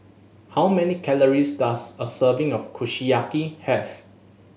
how many calories does a serving of Kushiyaki have